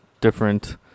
different